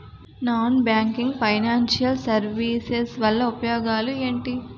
Non banking financial services వల్ల ఉపయోగాలు ఎంటి?